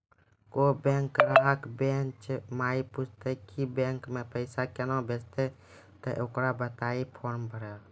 कोय बैंक ग्राहक बेंच माई पुछते की बैंक मे पेसा केना भेजेते ते ओकरा बताइबै फॉर्म भरो